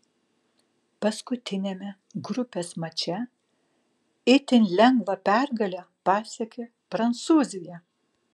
paskutiniame grupės mače itin lengvą pergalę pasiekė prancūzija